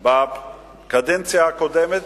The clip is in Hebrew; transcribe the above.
בקדנציה הקודמת,